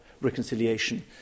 reconciliation